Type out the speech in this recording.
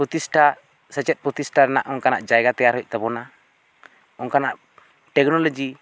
ᱯᱨᱚᱛᱤᱥᱴᱷᱟ ᱥᱮᱪᱮᱫ ᱯᱨᱚᱛᱤᱥᱴᱷᱟ ᱨᱮᱱᱟᱜ ᱚᱱᱠᱟᱱᱟᱜ ᱡᱟᱭᱜᱟ ᱛᱮᱭᱟᱨ ᱦᱩᱭᱩᱜ ᱛᱟᱵᱚᱱᱟ ᱚᱱᱠᱟᱱᱟᱜ ᱴᱮᱠᱱᱚᱞᱚᱡᱤ